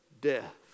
death